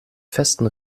festen